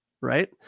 right